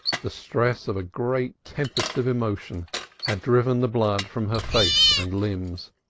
the stress of a great tempest of emotion had driven the blood from her face and limbs,